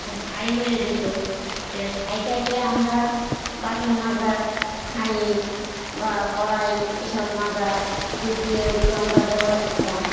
ওটা ছাই হয়ে যেত এ বার ছাইটাকে আমরা বাসন মাজার হাঁড়ি বা কড়াই এ সব মাজার দিক দিয়ে ওগুলো আমরা ব্যবহার করতাম